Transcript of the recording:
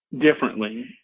differently